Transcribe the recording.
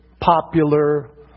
Popular